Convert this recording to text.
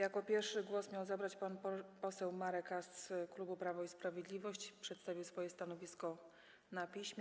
Jako pierwszy głos miał zabrać pan poseł Marek Ast z klubu Prawo i Sprawiedliwość, ale przedstawił swoje stanowisko na piśmie.